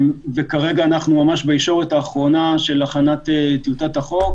כרגע אנו בישורת האחרונה של הכנת טיוטת החוק,